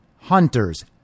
Hunter's